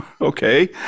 Okay